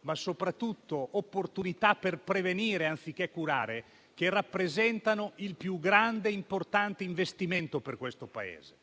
e soprattutto opportunità per prevenire, anziché curare, che rappresentano il più grande e importante investimento per questo Paese.